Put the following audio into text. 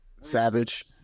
Savage